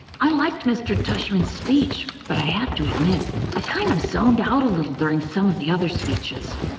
i liked mr. tushman's speech, but i have to admit i kind of zoned out a little during some of the other speeches.